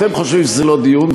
אתם חושבים שזה לא דיון פוליטי,